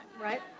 right